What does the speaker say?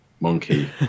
Monkey